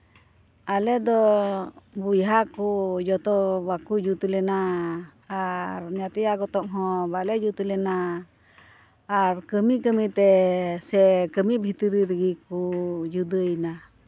ᱟᱞᱮ ᱫᱚ ᱵᱚᱭᱦᱟ ᱠᱚ ᱡᱚᱛᱚ ᱵᱟᱠᱚ ᱡᱩᱛ ᱞᱮᱱᱟ ᱟᱨ ᱧᱟᱛᱭᱟ ᱜᱚᱛᱚᱜ ᱦᱚᱸ ᱵᱟᱞᱮ ᱡᱩᱛ ᱞᱮᱱᱟ ᱟᱨ ᱠᱟᱹᱢᱤᱼᱠᱟᱹᱢᱤ ᱛᱮ ᱥᱮ ᱠᱟᱹᱢᱤ ᱵᱷᱤᱛᱨᱤ ᱨᱮᱜᱮ ᱠᱚ ᱡᱩᱫᱟᱹᱭᱮᱱᱟ